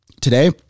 today